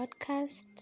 podcast